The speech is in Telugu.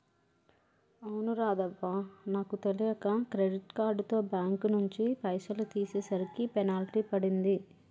అవును రాధవ్వ నాకు తెలియక క్రెడిట్ కార్డుతో బ్యాంకు నుంచి పైసలు తీసేసరికి పెనాల్టీ పడింది